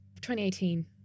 2018